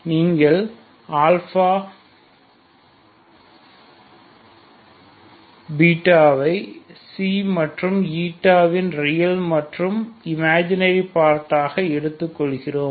நீங்கள் αβ ஐ மற்றும் இன் ரியல் மற்றும் இமேஜினரி பார்ட் ஆக எடுத்துக் கொள்கிறோம்